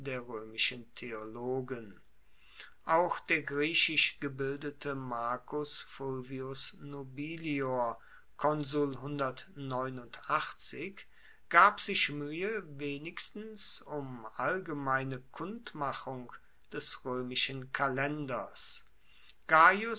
der roemischen theologen auch der griechisch gebildete marcus fulvius nobilior gab sich muehe wenigstens um allgemeine kundmachung des roemischen kalenders